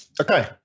Okay